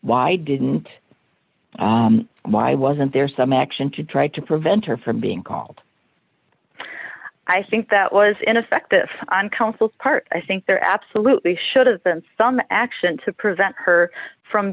why didn't why wasn't there some action to try to prevent her from being called i think that was ineffective on counsel's part i think there absolutely should have been some action to prevent her from